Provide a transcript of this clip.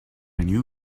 new